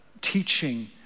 teaching